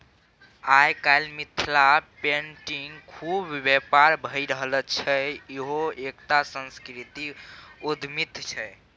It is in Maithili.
आय काल्हि मिथिला पेटिंगक खुब बेपार भए रहल छै इहो एकटा सांस्कृतिक उद्यमिता छै